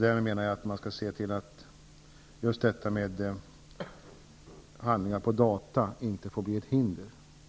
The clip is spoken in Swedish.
Därmed menar jag att man måste se till att just detta med att handlingar finns på data inte får vara ett hinder.